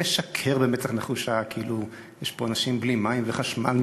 משקר במצח נחושה כאילו יש פה אנשים בלי מים וחשמל,